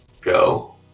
Go